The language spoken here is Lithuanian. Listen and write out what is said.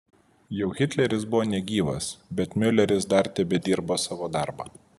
jau hitleris buvo negyvas bet miuleris dar tebedirbo savo darbą